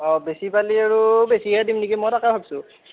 অঁ বেছি পালি আৰু বেচিহে দিম নেকি মই তাকে ভাবছু